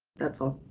that's all.